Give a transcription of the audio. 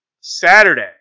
Saturday